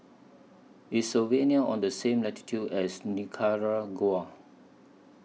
IS Slovenia on The same latitude as Nicaragua